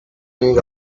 need